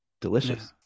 delicious